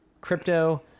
crypto